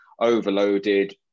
overloaded